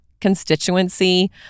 constituency